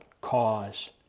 cause